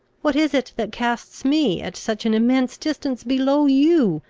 what is it that casts me at such an immense distance below you,